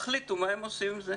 שיחליטו מה הם עושים עם זה.